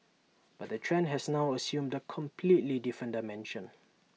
but the trend has now assumed A completely different dimension